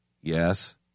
yes